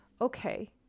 okay